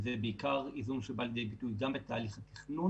שבעיקר בא לידי ביטוי בתהליך התכנון